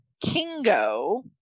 Kingo